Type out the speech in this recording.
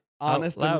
honest